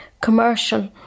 commercial